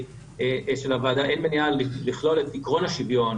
של הוועדה אין מניעה לכלול את עיקרון השוויון